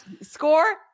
score